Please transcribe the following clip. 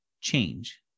change